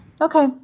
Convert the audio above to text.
Okay